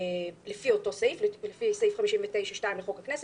לפי אותו סעיף 59(2) לחוק הכנסת,